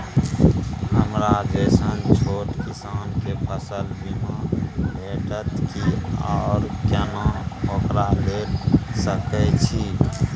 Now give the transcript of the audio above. हमरा जैसन छोट किसान के फसल बीमा भेटत कि आर केना ओकरा लैय सकैय छि?